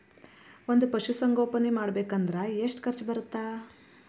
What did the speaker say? ಒಂದ್ ಪಶುಸಂಗೋಪನೆ ಮಾಡ್ಬೇಕ್ ಅಂದ್ರ ಎಷ್ಟ ಖರ್ಚ್ ಬರತ್ತ?